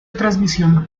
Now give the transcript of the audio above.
transmisión